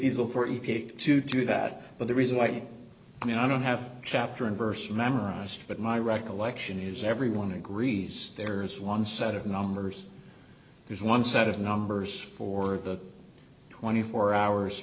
cake to do that but the reason why i mean i don't have chapter and verse memorized but my recollection is everyone agrees there is one set of numbers there's one set of numbers for the twenty four hours